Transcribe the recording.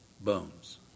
bones